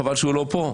חבל שהוא לא פה,